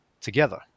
together